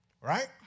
Right